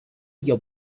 your